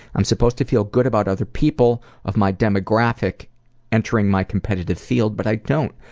i'm supposed to feel good about other people of my demographic entering my competitive field but i don't.